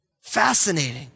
Fascinating